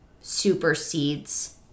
supersedes